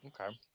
okay